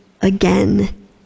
again